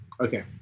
okay